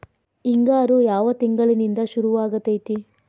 ಹಿಂಗಾರು ಯಾವ ತಿಂಗಳಿನಿಂದ ಶುರುವಾಗತೈತಿ?